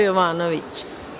Jovanović.